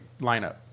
lineup